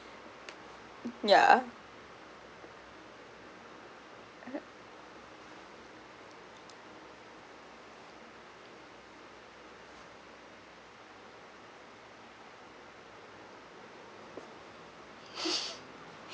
yeah (uh huh)